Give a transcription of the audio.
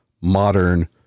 modern